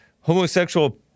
homosexual